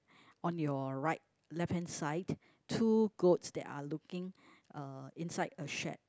on your right left hand side two goats that are looking uh inside a shed